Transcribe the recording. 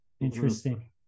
Interesting